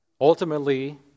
Ultimately